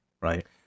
right